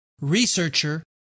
researcher